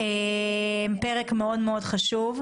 פרק מאוד חשוב.